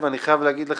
ואני חייב להגיד לך,